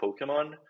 Pokemon